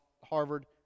Harvard